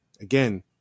Again